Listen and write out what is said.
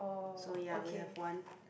so ya we have one